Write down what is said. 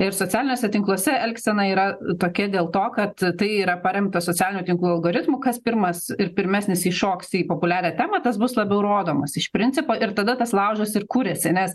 ir socialiniuose tinkluose elgsena yra tokia dėl to kad tai yra paremta socialinio tinklo algoritmų kas pirmas ir pirmesnis įšoks į populiarią temą tas bus labiau rodomas iš principo ir tada tas laužas ir kuriasi nes